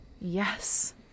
Yes